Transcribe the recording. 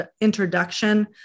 introduction